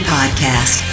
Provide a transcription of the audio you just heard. Podcast